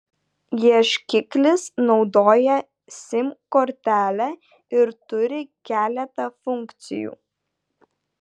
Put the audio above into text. ieškiklis naudoja sim kortelę ir turi keletą funkcijų